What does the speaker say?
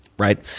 right?